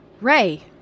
Ray